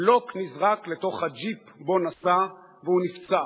בלוק נזרק לתוך הג'יפ שבו נסע, והוא נפצע.